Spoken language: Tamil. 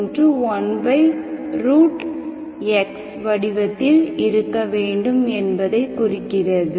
1x வடிவத்தில் இருக்க வேண்டும் என்பதைக் குறிக்கிறது